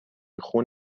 خون